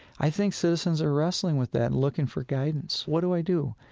i think citizens are wrestling with that and looking for guidance. what do i do?